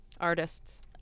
Artists